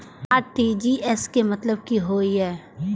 RTGS के मतलब की होय ये?